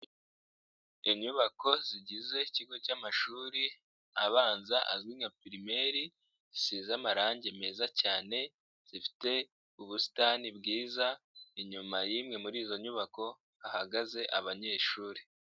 Inyubako zigize ikigo cy'amashuri abanza azwi nka pirimeri gisize amarangi meza cyane, gifite ubusitani bwiza, inyuma y'imwe muri izo nyubako hagaze abanyeshuri.